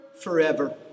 forever